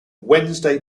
wednesday